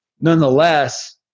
nonetheless